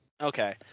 okay